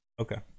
Okay